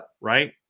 Right